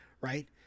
Right